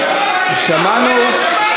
שמענו אותו.